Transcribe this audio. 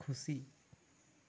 ᱠᱷᱩᱥᱤ